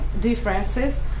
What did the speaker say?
differences